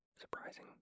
surprising